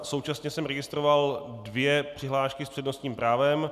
Současně jsem registroval dvě přihlášky s přednostním právem.